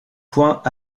point